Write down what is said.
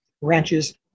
ranches